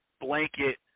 blanket